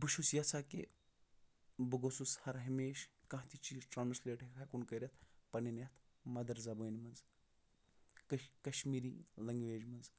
بہٕ چھُس یَژھان کہِ بہٕ گوٚژھُس ہَر ہمیشہِ کانٛہہ تہِ چیٖز ٹرٛانسلیٹ ہٮ۪کُن کٔرِتھ پنٛنٕۍ یَتھ مَدَر زبٲنۍ منٛز کَش کَشمیٖری لنٛگویج منٛز